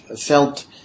felt